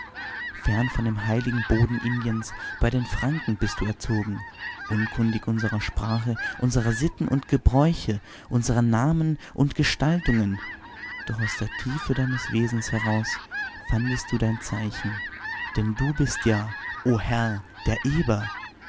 fern von dem heiligen boden indiens bei den franken bist du erzogen unkundig unserer sprache unserer sitten und gebräuche unserer namen und gestaltungen doch aus der tiefe deines wesens heraus fandest du dein zeichen denn du bist ja o herr der eber